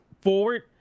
forward